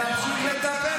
אמיתי.